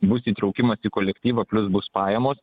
bus įtraukimas į kolektyvą plius bus pajamos